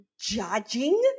judging